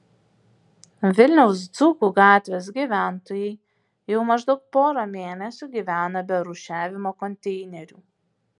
vilniaus dzūkų gatvės gyventojai jau maždaug porą mėnesių gyvena be rūšiavimo konteinerių